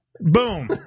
Boom